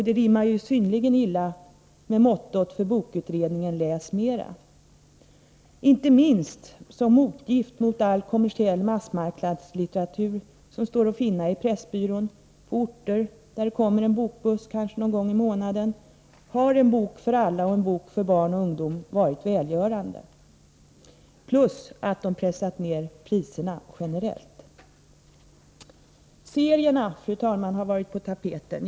Det rimmar ju synnerligen illa med mottot för bokutredningens betänkande Läs mera! Inte minst som motgift mot all kommersiell massmarknadslitteratur, som står att finna i Pressbyrån på orter där det kommer en bokbuss kanske någon gång i månaden, har En bok för alla och En bok för barn varit välgörande — plus att de pressat ned priserna generellt. Serierna har varit på tapeten, fru talman.